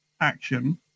action